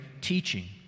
teaching